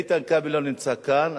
איתן כבל לא נמצא כאן.